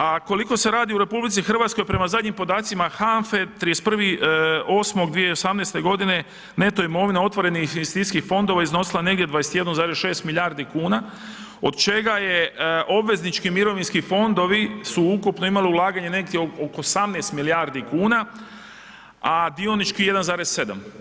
A ukoliko se radi o RH prema zadnjim podacima HANFA-e 31.8.2018. godine neto imovina otvorenih investicijskih fondova iznosila negdje 21,6 milijardi kuna od čega je obveznički mirovinski fondovi su ukupno imali ulaganje negdje oko 18 milijardi kuna, a dionički 1,7.